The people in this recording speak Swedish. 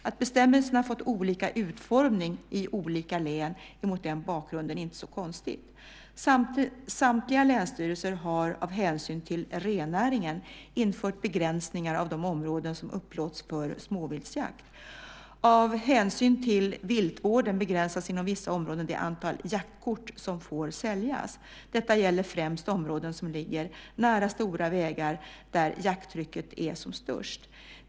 Att bestämmelserna fått olika utformning i olika län är mot den bakgrunden inte så konstigt. Samtliga länsstyrelser har av hänsyn till rennäringen infört begränsningar av de områden som upplåts för småviltsjakt. Av hänsyn till viltvården begränsas inom vissa områden det antal jaktkort som får säljas. Detta gäller främst områden som ligger nära stora vägar där jakttrycket är som störst.